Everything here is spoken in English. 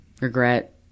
regret